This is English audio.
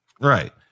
Right